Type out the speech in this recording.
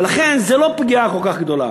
ולכן, זו לא פגיעה כל כך גדולה.